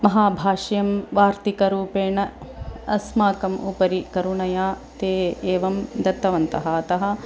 महाभाष्यं वार्तिकरूपेण अस्माकम् उपरि करुणया ते एवं दत्तवन्तः अतः